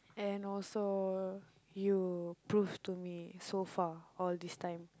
and also you prove to me so far all these time